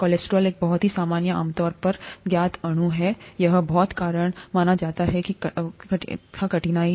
cholesterol एक बहुत ही सामान्य आमतौर पर ज्ञात अणु है यह बहुतका कारण माना जाता था कठिनाई